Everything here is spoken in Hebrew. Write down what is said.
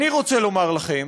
אני רוצה לומר לכם